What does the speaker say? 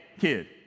kid